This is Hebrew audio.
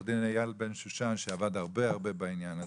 עו"ד אייל בן שושן שעבד הרבה הרבה בעניין הזה.